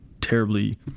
terribly